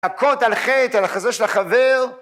‫להכות על חטא, על החזה של החבר.